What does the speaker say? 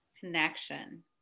Connection